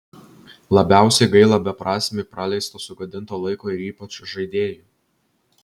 labiausiai gaila beprasmiai praleisto sugadinto laiko ir ypač žaidėjų